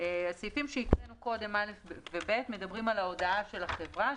סעיפים קטנים (א) ו-(ב) שהקראנו קודם מדברים על ההודעה של החברה,